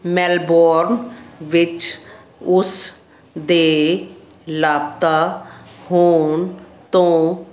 Melbourne ਵਿੱਚ ਉਸ ਦੇ ਲਾਪਤਾ ਹੋਣ ਤੋਂ